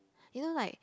you know like